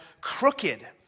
crooked